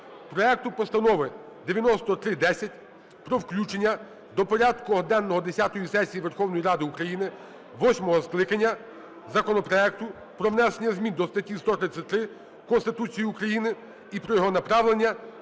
проекту Постанови (9310) про включення до порядку денного десятої сесії Верховної Ради України восьмого скликання законопроекту про внесення змін до статті 133 Конституції України і про його направлення